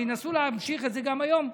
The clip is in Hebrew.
וינסו להמשיך את זה גם היום.